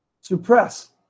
Suppress